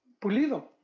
pulido